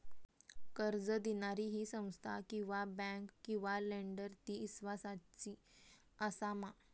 कर्ज दिणारी ही संस्था किवा बँक किवा लेंडर ती इस्वासाची आसा मा?